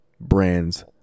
brands